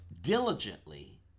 diligently